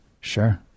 Sure